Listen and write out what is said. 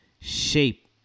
shape